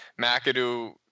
McAdoo